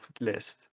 list